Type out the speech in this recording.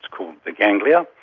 called the ganglia,